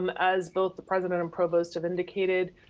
and as both the president and provost have indicated,